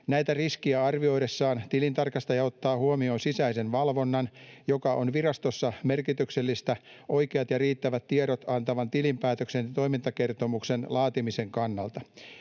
Näitä riskejä arvioidessaan tilintarkastaja ottaa huomioon sisäisen valvonnan, joka on virastossa merkityksellistä oikeat ja riittävät tiedot antavan tilinpäätöksen ja toimintakertomuksen laatimisen kannalta.